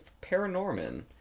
Paranorman